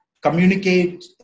communicate